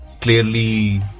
clearly